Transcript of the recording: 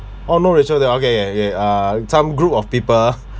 oh no racial here okay okay uh some group of people